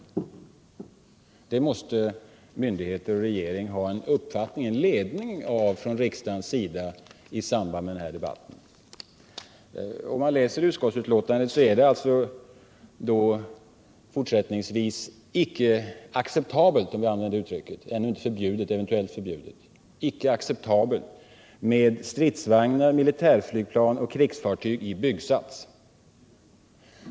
I det avseendet måste myndigheter och regering ha en ledning från riksdagens sida i samband med den här debatten. Om man läser utskottsbetänkandet finner man att det fortsättningsvis icke är acceptabelt, om jag använder det uttrycket — det är ännu inte eventuellt förbjudet — med stridsvagnar, militärflygplan och krigsfartyg i byggsats.